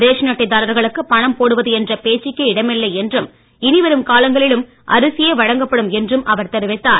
ration அட்டைதாரர்களுக்கு பணம் போடுவது என்ற பேச்சுக்கே இடம் இல்லை என்றும் இனிவரும் காலங்களிலும் அரிசியே வழங்கப்படும் என்றும் அவர் தெரிவித்தார்